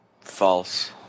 False